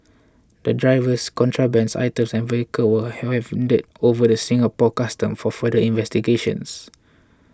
the drivers contraband items and vehicles were handed over to Singapore Customs for further investigations